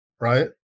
right